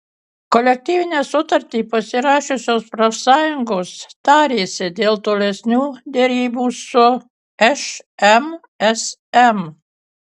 kolektyvinę sutartį pasirašiusios profsąjungos tarėsi dėl tolesnių derybų su šmsm